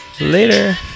Later